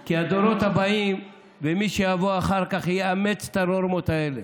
כי הדורות הבאים ומי שיבוא אחר כך יאמץ את הנורמות האלה.